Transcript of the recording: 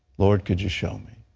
lord, could you show me?